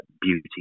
beauty